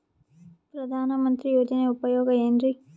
ಪ್ರಧಾನಮಂತ್ರಿ ಯೋಜನೆ ಉಪಯೋಗ ಏನ್ರೀ?